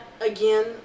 again